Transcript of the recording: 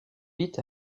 vit